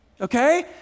okay